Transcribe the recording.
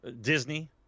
Disney